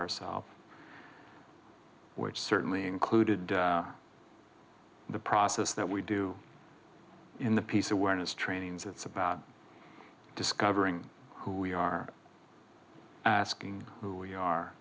ourselves which certainly included the process that we do in the peace awareness trainings it's about discovering who we are asking who we are